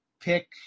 pick